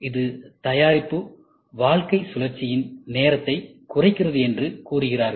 இது தயாரிப்பு வாழ்க்கைச் சுழற்சியின் நேரத்தைக் குறைக்கிறது என்று கூறுகிறார்கள்